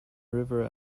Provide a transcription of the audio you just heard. river